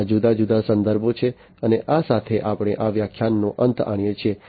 આ જુદા જુદા સંદર્ભો છે અને આ સાથે આપણે આ વ્યાખ્યાનનો અંત આણીએ છીએ